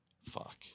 fuck